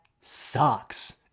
sucks